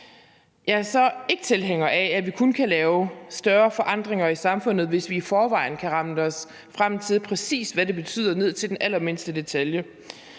Jeg er så ikke tilhænger af, at vi kun kan lave større forandringer i samfundet, hvis vi i forvejen kan regne os frem til, hvad det præcis betyder ned til den allermindste detalje.